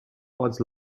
what